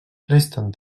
resten